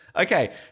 Okay